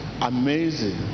amazing